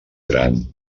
gran